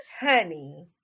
Honey